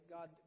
God